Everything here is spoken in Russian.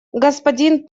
господин